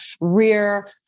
rear